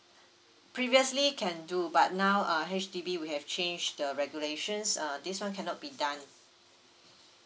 previously can do but now uh H_D_B we have changed the regulations uh this one cannot be done